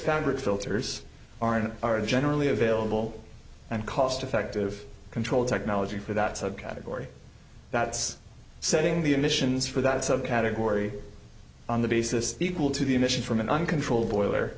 foundered filters aren't are generally available and cost effective control technology for that subcategory that's setting the emissions for that subcategory on the basis equal to the emissions from an uncontrolled boiler